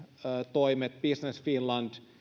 toimet business finland